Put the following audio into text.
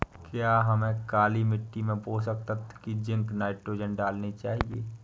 क्या हमें काली मिट्टी में पोषक तत्व की जिंक नाइट्रोजन डालनी चाहिए?